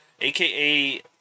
aka